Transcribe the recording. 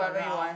what you want